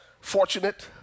fortunate